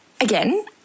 again